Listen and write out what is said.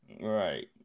Right